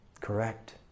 Correct